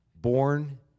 born